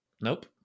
Nope